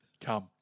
Come